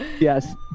Yes